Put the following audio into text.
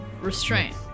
Restraint